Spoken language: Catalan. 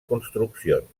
construccions